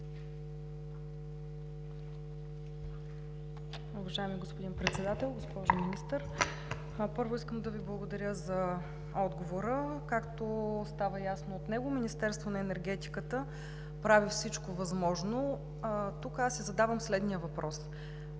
Уважаеми господин Председател! Госпожо Министър, първо искам да Ви благодаря за отговора. Както става ясно от него, Министерството на енергетиката прави всичко възможно. Тук аз си задавам следния въпрос.